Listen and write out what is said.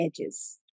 edges